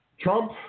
Trump